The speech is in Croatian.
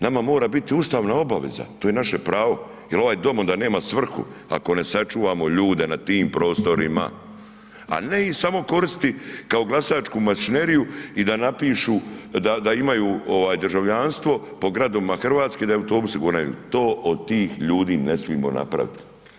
Nama mora biti ustavna obaveza, to je naše pravo jer ovaj dom onda nema svrhu, ako ne sačuvamo ljude na tim prostorima, a ne ih samo koristiti kao glasačku mašineriju i da napišu da imaju ovaj državljanstvo po gradovima Hrvatske da ih autobusi gonaju, to od tih ljudi ne smijemo napravit.